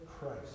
Christ